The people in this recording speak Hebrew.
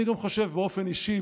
אני גם חושב באופן אישי,